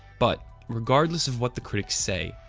but regardless of what the critics say,